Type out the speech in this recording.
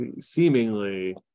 seemingly